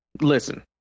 listen